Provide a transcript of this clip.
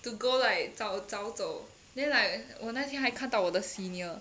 to go like 早早走 then like 我那天还看到我的 senior